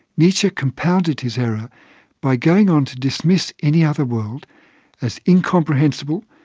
nietzsche compounded his error by going on to dismiss any other world as incomprehensible,